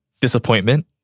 Disappointment